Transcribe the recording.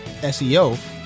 SEO